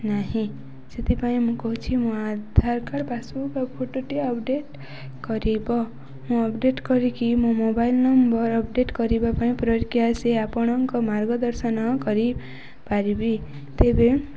ନାହିଁ ସେଥିପାଇଁ ମୁଁ କହୁଛି ମୋ ଆଧାର କାର୍ଡ଼ ପାସ୍ବୁକ୍ ଆଉ ଫଟୋଟି ଅପଡ଼େଟ୍ କରିବ ମୁଁ ଅପଡ଼େଟ୍ କରିକି ମୋ ମୋବାଇଲ୍ ନମ୍ବର ଅପଡ଼େଟ୍ କରିବା ପାଇଁ ପ୍ରକ୍ରିୟା ସେ ଆପଣଙ୍କ ମାର୍ଗଦର୍ଶନ କରିପାରିବି ତେବେ